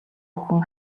бүхэн